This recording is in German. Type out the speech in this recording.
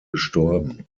gestorben